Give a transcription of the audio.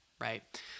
Right